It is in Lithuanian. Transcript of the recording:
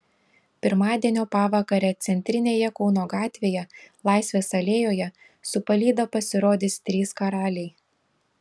pirmadienio pavakarę centrinėje kauno gatvėje laisvės alėjoje su palyda pasirodys trys karaliai